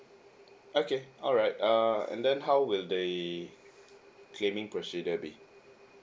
okay alright err and then how will the claiming procedure be